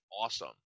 awesome